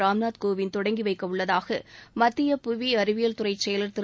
ராம்நாத் கோவிந்த் தொடங்கி வைக்கவுள்ளதாக மத்திய புவி அறிவியல் துறை செயலர் திரு